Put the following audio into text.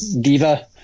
Diva